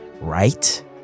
right